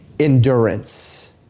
endurance